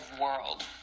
world